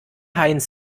heinz